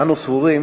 אנו סבורים